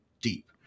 deep